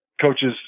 coaches